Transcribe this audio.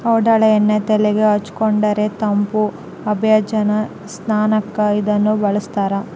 ಔಡಲ ಎಣ್ಣೆ ತೆಲೆಗೆ ಹಚ್ಚಿಕೊಂಡರೆ ತಂಪು ಅಭ್ಯಂಜನ ಸ್ನಾನಕ್ಕೂ ಇದನ್ನೇ ಬಳಸ್ತಾರ